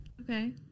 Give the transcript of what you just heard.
Okay